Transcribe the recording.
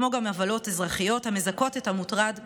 כמו גם עוולות אזרחיות המזכות את המוטרד בפיצויים.